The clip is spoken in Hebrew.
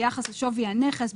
ביחס לשווי הנכס,